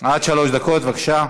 עד שלוש דקות, בבקשה.